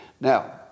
Now